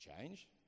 change